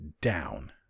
down